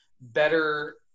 better